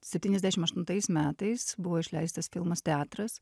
septyniasdešimt aštuntais metais buvo išleistas filmas teatras